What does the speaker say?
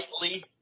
lightly